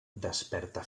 desperta